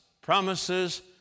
promises